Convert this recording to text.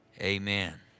Amen